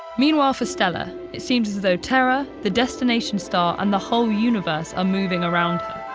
meanwhile for stella, it seems as though terra, the destination star, and the whole universe are moving around